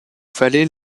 fallait